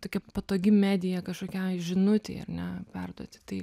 tokia patogi medija kažkokiai žinutei ar ne perduoti tai